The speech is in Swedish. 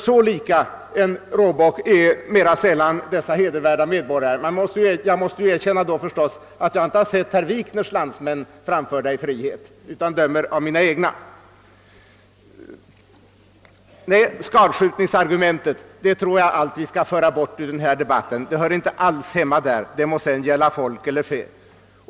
Så lika en råbock är sällan dessa hedervärda medborgare — jag måste förstås erkänna att jag inte sett herr Wikners landsmän framförda i frihet utan dömer av mina egna. > Nej, tag tycker att vi skall avföra skadskjutningsargumentet ur denna debatt. Det hör inte alls hemma här, det må sedan gälla. folk eller fä.